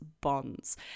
bonds